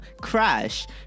Crash